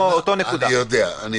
אני יודע.